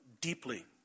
deeply